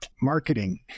marketing